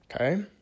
Okay